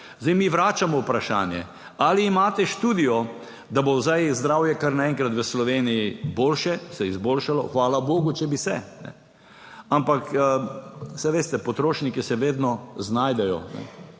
Zdaj mi vračamo vprašanje, ali imate študijo, da bo zdaj zdravje kar naenkrat v Sloveniji boljše, se izboljšalo. Hvala bogu, če bi se ampak saj veste, potrošniki se vedno znajdejo,